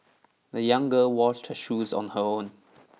the young girl washed her shoes on her own